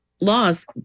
laws